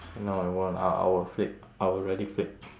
no I won't I I will flip I will really flip